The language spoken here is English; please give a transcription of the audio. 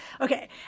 Okay